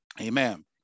Amen